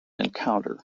encounter